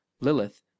lilith